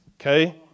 okay